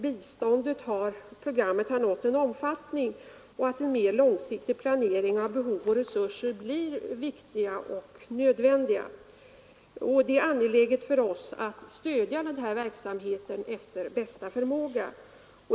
Biståndsprogrammet har nått en sådan omfattning att en mer långsiktig planering av behov och resurser blir viktiga och nödvändiga. Det är angeläget för oss att stödja den verksamheten efter bästa förmåga.